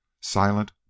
silent